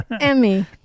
Emmy